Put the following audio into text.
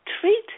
treat